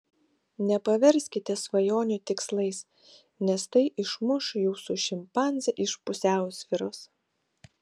nepaverskite svajonių tikslais nes tai išmuš jūsų šimpanzę iš pusiausvyros